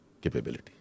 capability